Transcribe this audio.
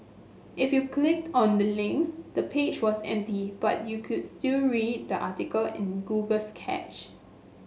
if you clicked on the link the page was empty but you could still read the article in Google's cache